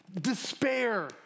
Despair